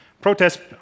protests